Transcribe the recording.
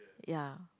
ya